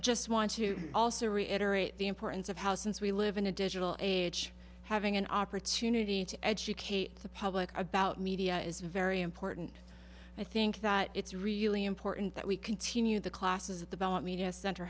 just want to also reiterate the importance of how since we live in a digital age having an opportunity to educate the public about media is very important i think that it's really important that we continue the classes at the ballot media center